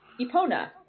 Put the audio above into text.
Ipona